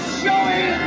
showing